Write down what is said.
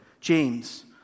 James